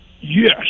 Yes